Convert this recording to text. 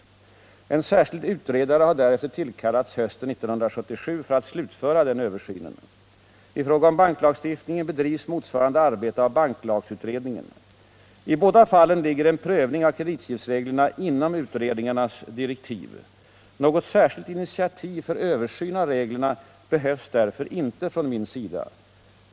En särskild utredare har därefter tillkallats hösten 1977 för att slutföra den översynen, I fråga om banklagstiftningen bedrivs motsvarande arbete av banklagsutredningen. I båda fallen ligger en prövning av kreditjävsreglerna inom utredningarnas direktiv. Något särskilt initiativ för översyn av reglerna behövs därför inte från min sida.